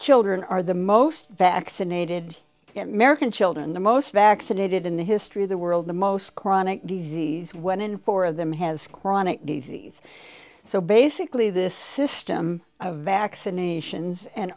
children are the most vaccinated merican children the most vaccinated in the history of the world the most chronic disease when in four of them has chronic disease so basically this system of vaccinations and